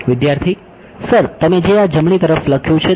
વિદ્યાર્થી સર તમે જે આ જમણી તરફ લખ્યું છે તે